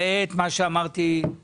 ראה את מה שאמרתי קודם,